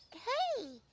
hey,